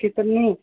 कितनी